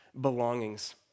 belongings